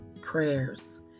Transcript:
prayers